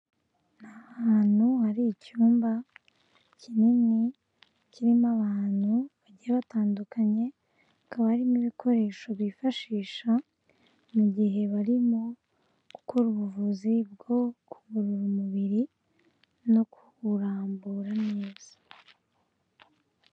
Ni hantu hari icyumba kinini kirimo abantu bagiye batandukanye hakaba harimo ibikoresho bifashisha mu gihe barimo gukora ubuvuzi bwo kuvura umubiri no kuwurambura neza.